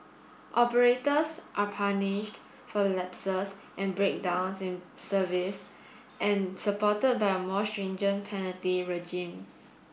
operators are punished for lapses and breakdowns in service and supported by a more stringent penalty regime